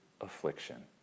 affliction